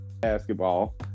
basketball